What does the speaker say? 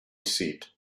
seat